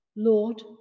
Lord